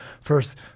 first